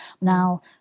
Now